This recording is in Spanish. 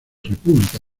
república